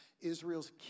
Israel's